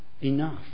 enough